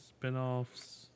spinoffs